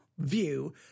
view